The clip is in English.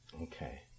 Okay